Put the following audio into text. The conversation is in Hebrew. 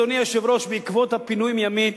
בעקבות הפינוי מימית